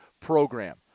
program